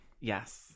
Yes